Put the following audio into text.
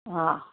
आं